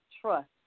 Trust